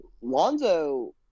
Lonzo